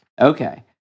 Okay